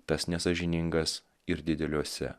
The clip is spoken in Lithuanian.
tas nesąžiningas ir dideliuose